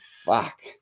fuck